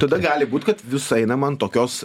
tada gali būt kad vis einama ant tokios